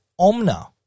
Omna